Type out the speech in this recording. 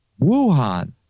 Wuhan